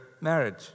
marriage